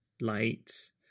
lights